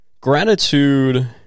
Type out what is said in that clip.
gratitude